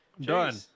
done